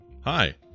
Hi